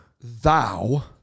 Thou